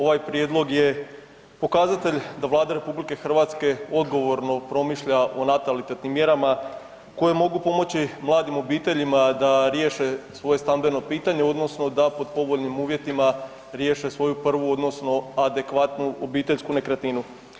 Ovaj prijedlog je pokazatelj da Vlada RH odgovorno promišlja o natalitetnim mjerama koje mogu pomoći mladim obiteljima da riješe svoje stambeno pitanje odnosno da pod povoljnim uvjetima riješe svoju prvu odnosno adekvatnu obiteljsku nekretninu.